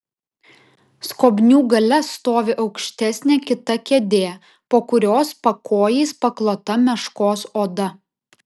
skobnių gale stovi aukštesnė kita kėdė po kurios pakojais paklota meškos oda